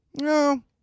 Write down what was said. No